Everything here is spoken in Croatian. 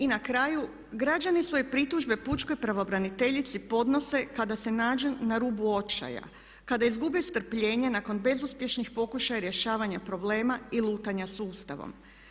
I na kraju, građani svoje pritužbe pučkoj pravobraniteljici podnose kada se nađu na rubu očaja, kada izgube strpljenje nakon bezuspješnih pokušaja rješavanja problema i lutanja sustavom.